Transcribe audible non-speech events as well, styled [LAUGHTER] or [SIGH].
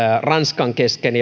ranskan kesken [UNINTELLIGIBLE]